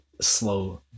slow